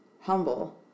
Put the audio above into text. humble